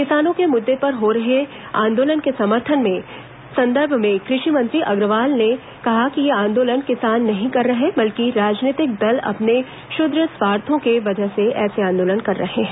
किसानों के मुद्दे पर हो रहे आंदोलन के संदर्भ में कृषि मंत्री श्री अग्रवाल ने कहा कि ये आंदोलन किसान नहीं कर रहे बल्कि राजनीतिक दल अपने क्षुद्र स्वार्थों की वजह से ऐसे आंदोलन कर रहे हैं